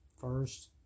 first